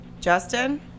Justin